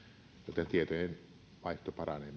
joten tietojenvaihto paranee